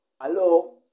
Hello